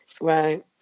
Right